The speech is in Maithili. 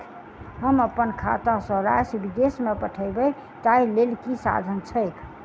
हम अप्पन खाता सँ राशि विदेश मे पठवै ताहि लेल की साधन छैक?